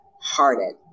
hearted